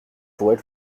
pouvait